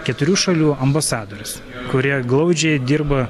keturių šalių ambasadorius kurie glaudžiai dirba